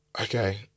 okay